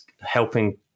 helping